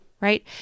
right